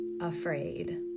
afraid